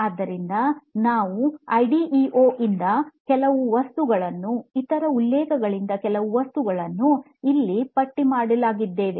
ಆದ್ದರಿಂದ ನಾವು ಐಡಿಇಒ ಯಿಂದ ಕೆಲವು ವಸ್ತುಗಳನ್ನು ಇತರ ಉಲ್ಲೇಖಗಳಿಂದ ಕೆಲವು ವಸ್ತುಗಳನ್ನು ಪಟ್ಟಿ ಮಾಡಲಿದ್ದೇವೆ